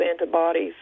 antibodies